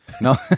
No